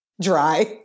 Dry